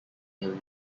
new